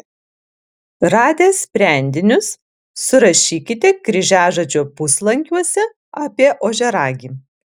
radę sprendinius surašykite kryžiažodžio puslankiuose apie ožiaragį